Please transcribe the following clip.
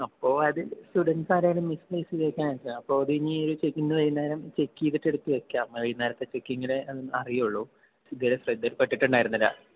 അപ്പോ അത് സ്റ്റുഡൻറ്സ് ആരെങ്കിലും മിസ്പ്ലേസ് ചെയ്ത് വെക്കാൻ ചാൻസ് കാണും അപ്പോ ഇനി ഒരു ചെക്കിങ്ങ് വൈകുന്നേരം ചെക്ക് ചെയ്തിട്ട് എടുത്ത് വെക്കാം വൈകുന്നേരത്തെ ചെക്കിങ്ങിലേ അറിയുകയുള്ളൂ ഇതുവരെ ശ്രദ്ധയിൽ പെട്ടിട്ടുണ്ടായിരുന്നില്ല